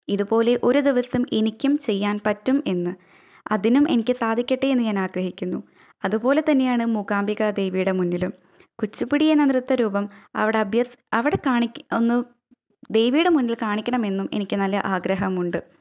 ഇതുപോലെ ഒരു ദിവസം എനിക്കും ചെയ്യാൻ പറ്റും എന്ന് അതിനും എനിക്ക് സാധിക്കട്ടെ എന്ന് ഞാൻ ആഗ്രഹിക്കുന്നു അതുപോലെ തന്നെയാണ് മൂകാംബിക ദേവിയുടെ മുന്നിലും കുച്ചിപ്പുടി എന്ന നൃത്ത രൂപം അവിടെ അവിടെ കാണി ഒന്ന് ദേവിയുടെ മുന്നിൽ കാണിക്കണമെന്നും എനിക്ക് നല്ല ആഗ്രഹമുണ്ട്